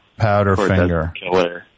Powderfinger